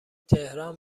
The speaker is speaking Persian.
تهران